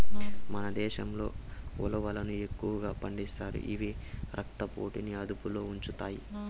మన దేశంలో ఉలవలను ఎక్కువగా పండిస్తారు, ఇవి రక్త పోటుని అదుపులో ఉంచుతాయి